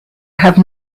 have